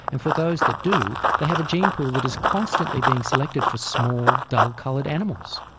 and for those that do they have a gene pool that is constantly being selected for small, dull coloured animals.